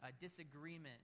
disagreement